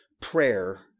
prayer